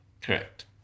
Correct